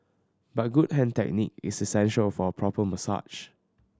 but good hand technique is essential for a proper massage